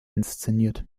inszeniert